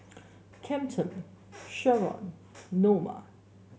Camden Sheron Norma